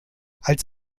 als